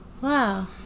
Wow